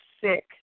sick